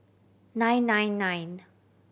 nine nine nine